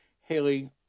Haley